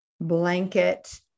blanket